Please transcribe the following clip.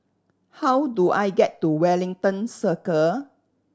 how do I get to Wellington Circle